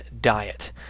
diet